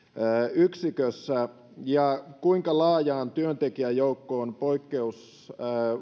yksikössä ja kuinka laajaan työntekijäjoukkoon